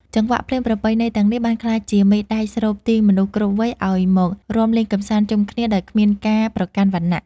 ចង្វាក់ភ្លេងប្រពៃណីទាំងនេះបានក្លាយជាមេដែកស្រូបទាញមនុស្សគ្រប់វ័យឱ្យមករាំលេងកម្សាន្តជុំគ្នាដោយគ្មានការប្រកាន់វណ្ណៈ។